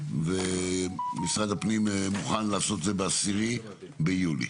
ומשרד הפנים מוכן לעשות את זה בעשרה ביולי.